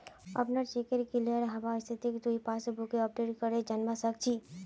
अपनार चेकेर क्लियर हबार स्थितिक तुइ पासबुकक अपडेट करे जानवा सक छी